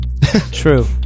True